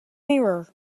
mirror